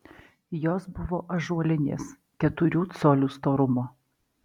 jos buvo ąžuolinės keturių colių storumo